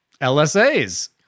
LSAs